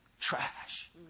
trash